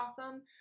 awesome